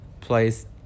Place